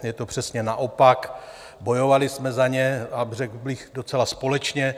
Je to přesně naopak, bojovali jsme za ně, a řekl bych docela, společně.